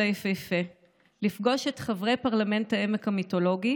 היפהפה לפגוש את חברי פרלמנט העמק המיתולוגי